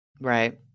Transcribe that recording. Right